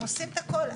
הם עושים את הכול.